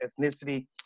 ethnicity